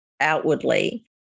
outwardly